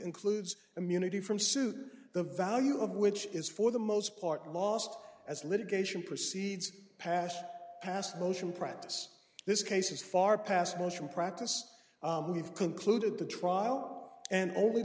includes immunity from suit the value of which is for the most part lost as litigation proceeds pash past motion practice this case is far past motion practice we've concluded the trial and only